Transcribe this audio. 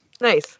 Nice